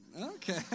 Okay